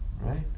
Right